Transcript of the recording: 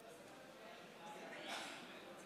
לספור.